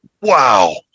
Wow